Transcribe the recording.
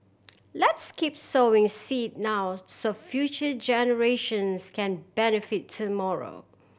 let's keep sowing seed now so future generations can benefit tomorrow